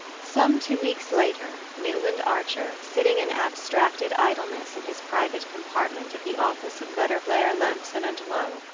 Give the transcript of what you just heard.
some two weeks later, newland archer, sitting in abstracted idleness in his private compartment of the office of letterblair, lamson and low,